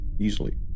easily